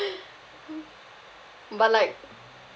but like